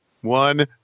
One